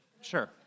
sure